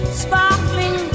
sparkling